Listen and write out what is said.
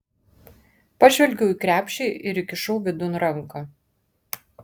pažvelgiau į krepšį ir įkišau vidun ranką